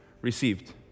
received